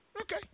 Okay